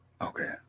Okay